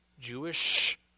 Jewish